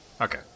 Okay